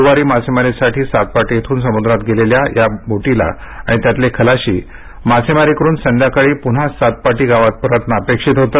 गुरुवारी मासेमारीसाठी सातपाटी इथून समुद्रात गेलेल्या अग्निमाता नावाची बोट आणि त्यातले खलाशी हे मासेमारी करून संध्याकाळी पुन्हा सातपाटी गावात परतणं अपेक्षित होत